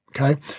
okay